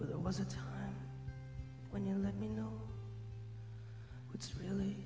but there was a time when you let me know it's really